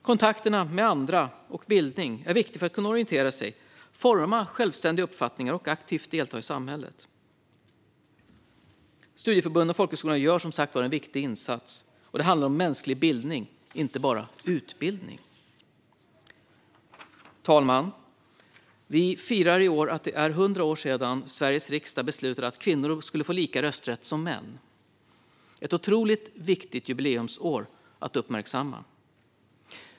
Kontakter med andra och bildning är som sagt viktigt för att kunna orientera sig, forma självständiga uppfattningar och aktivt delta i samhället. Studieförbunden och folkhögskolorna gör en viktig insats. Det handlar om mänsklig bildning, inte bara utbildning. Fru talman! Vi firar i år att det är 100 år sedan Sveriges riksdag beslutade att kvinnor skulle få lika rösträtt som män. Det är ett otroligt viktigt jubileumsår att uppmärksamma.